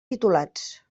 titulats